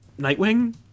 Nightwing